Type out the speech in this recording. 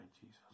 Jesus